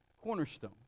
cornerstone